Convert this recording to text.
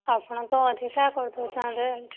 ଆପଣ ତ ଅଧିକା କରିଦେଉଛନ୍ତି ରେଟ୍